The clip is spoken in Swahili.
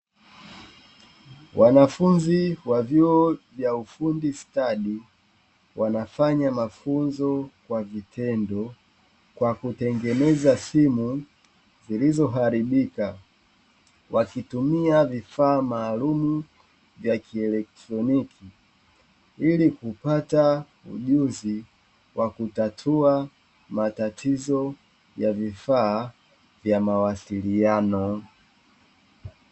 Wanafunzi wa vyuo vya ufundi stadi wanafanya mafunzo kwa vitendo kwa kutengeneza simu zilizoharibika, wakitumia vifaa maalum vya kielektroniki ili kupata ujuzi wa kutatua matatizo ya vifaa vya mawasiliano.